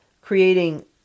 creating